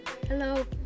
Hello